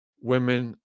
Women